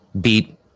beat